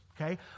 okay